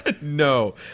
No